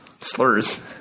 slurs